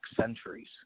centuries